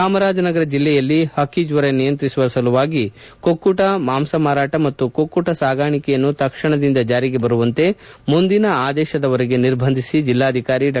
ಚಾಮರಾಜನಗರ ಜಿಲ್ಲೆಯಲ್ಲಿ ಹಕ್ಕಿಜ್ವರ ನಿಯಂತ್ರಿಸುವ ಸಲುವಾಗಿ ಕುಕ್ಕುಟ ಮಾಂಸ ಮಾರಾಟ ಮತ್ತು ಕುಕ್ಕುಟ ಸಾಗಾಣಿಕೆಯನ್ನು ತಕ್ಷಣದಿಂದ ಜಾರಿಗೆ ಬರುವಂತೆ ಮುಂದಿನ ಆದೇಶದ ವರೆಗೆ ನಿರ್ಬಂಧಿಸಿ ಜಿಲ್ಲಾಧಿಕಾರಿ ಡಾ